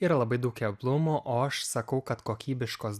yra labai daug keblumų o aš sakau kad kokybiškos